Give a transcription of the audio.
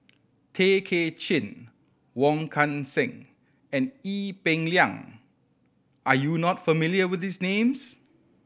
Tay Kay Chin Wong Kan Seng and Ee Peng Liang are you not familiar with these names